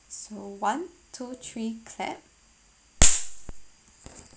so one two three clap